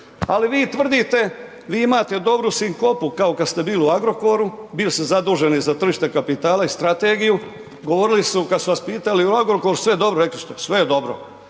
Ali vi tvrdite, vi imate dobru sinkopu kao kad ste bili u Agrokoru, bili ste zaduženi za tržište kapitala i strategiju, govorili su, kad su vas pitali je li u Agrokoru sve dobro, rekli ste sve je dobro,